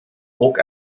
oak